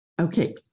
Okay